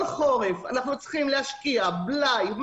כל חורף אנחנו צריכים להשקיע בלאי,